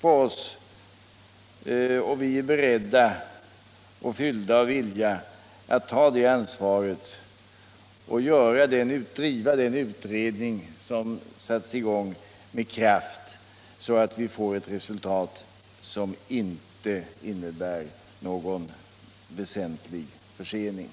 på oss, och vi är beredda och fyllda av vilja att ta det ansvaret och med kraft driva den utredning som satts i gång så att vi får ett resultat som inte innebär någon väsentlig försening.